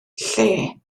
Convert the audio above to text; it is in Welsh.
lle